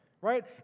right